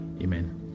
Amen